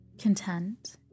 content